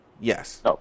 yes